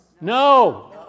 No